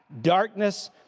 darkness